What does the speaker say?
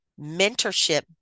mentorship